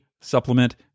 supplement